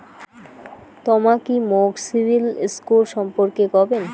তমা কি মোক সিবিল স্কোর সম্পর্কে কবেন?